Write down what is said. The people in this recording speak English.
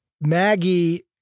Maggie